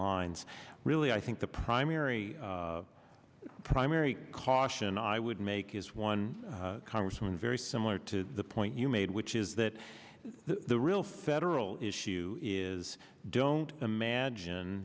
lines really i think the primary primary caution i would make is one congressman very similar to the point you made which is that the real federal issue is don't imagine